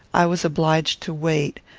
i was obliged to wait,